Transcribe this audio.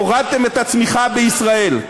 הורדתם את הצמיחה בישראל.